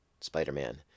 Spider-Man